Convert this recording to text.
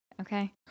okay